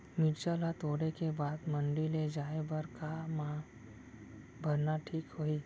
मिरचा ला तोड़े के बाद मंडी ले जाए बर का मा भरना ठीक होही?